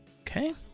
Okay